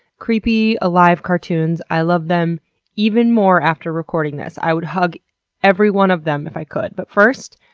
creepy, alive cartoons. i love them even more after recording this. i would hug every one of them if i could. but first,